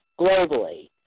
globally